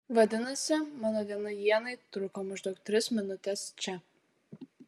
vadinasi mano diena ienai truko maždaug tris minutes čia